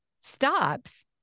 stops